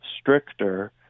stricter